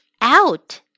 out